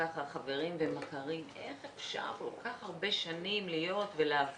ככה חברים ומכרים 'איך אפשר כל כך הרבה שנים להיות ולעבוד